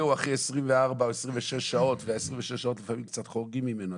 הוא אחרי 24 או 26 שעות וה-26 שעות לפעמים קצת חורגים ממנו.